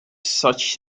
such